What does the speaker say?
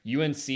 UNC